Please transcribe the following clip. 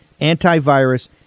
antivirus